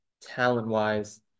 talent-wise